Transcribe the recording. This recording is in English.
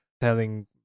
telling